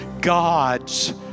God's